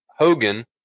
Hogan